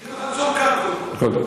שיהיה לך צום קל, קודם כול.